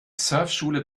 surfschule